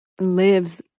lives